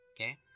Okay